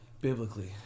Biblically